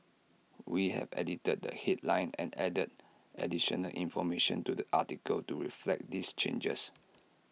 we have edited the headline and added additional information to the article to reflect these changes